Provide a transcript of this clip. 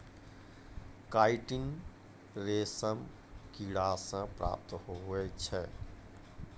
chitin रेशम किड़ा से प्राप्त हुवै छै